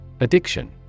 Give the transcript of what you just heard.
Addiction